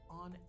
on